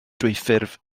dwyffurf